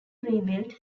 rebuild